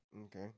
Okay